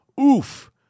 Oof